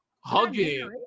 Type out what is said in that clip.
hugging